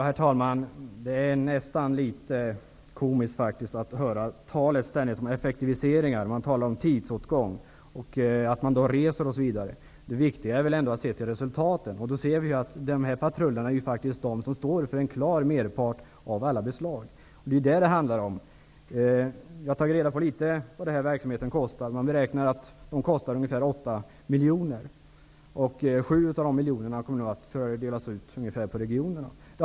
Herr talman! Det är faktiskt nästan litet komiskt att ständigt höra detta tal om effektiviseringar. Justitieministern talar om tidsåtgång, att man reser osv. Det viktiga är väl ändå att se till resultaten. Dessa patruller står för en klar merpart av alla beslag. Det är vad det handlar om. Jag har tagit reda på litet grand vad denna verksamhet kostar. Man beräknar att den kostar ca 8 miljoner. 7 av dessa miljoner kommer nu att fördelas ut till regionerna.